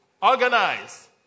Organize